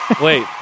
Wait